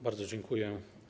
Bardzo dziękuję.